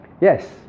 Yes